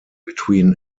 between